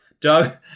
Doug